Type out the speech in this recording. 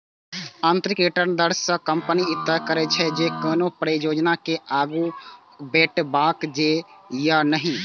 आंतरिक रिटर्न दर सं कंपनी ई तय करै छै, जे कोनो परियोजना के आगू बढ़ेबाक छै या नहि